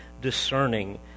discerning